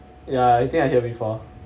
ya I think I hear before